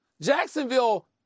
Jacksonville